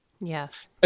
Yes